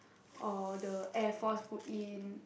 or the Air Force put in